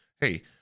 hey